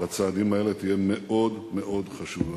בצעדים האלה תהיה מאוד מאוד חשובה.